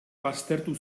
baztertu